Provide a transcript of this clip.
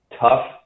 tough